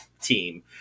team